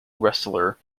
wrestler